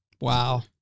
wow